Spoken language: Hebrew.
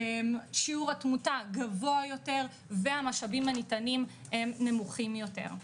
שיעור התמותה גבוה יותר והמשאבים הניתנים הם נמוכים יותר.